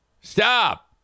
Stop